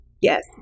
yes